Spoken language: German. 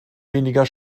weniger